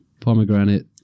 pomegranate